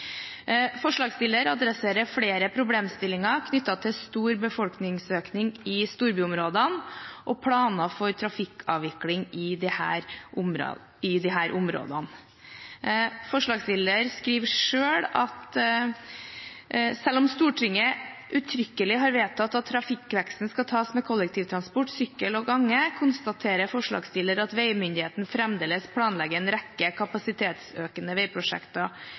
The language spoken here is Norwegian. Forslagsstilleren adresserer flere problemstillinger knyttet til stor befolkningsøkning i storbyområdene og planer for trafikkavvikling i disse områdene. Forslagsstilleren skriver: «Selv om Stortinget uttrykkelig har vedtatt at trafikkveksten skal tas med kollektivtransport, sykkel og gange, konstaterer forslagsstiller at veimyndighetene fremdeles planlegger en rekke